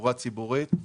תחבורה ציבורית,